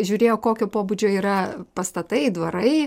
žiūrėjo kokio pobūdžio yra pastatai dvarai